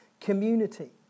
community